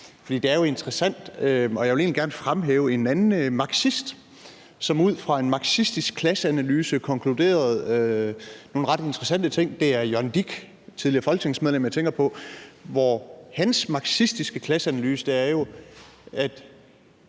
Jeg vil egentlig gerne fremhæve en anden marxist, som ud fra en marxistisk klasseanalyse konkluderede nogle ret interessante ting, og det er Jørgen Dich , jeg tænker på. Hans marxistiske klasseanalyse er jo, at